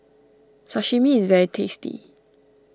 Sashimi is very tasty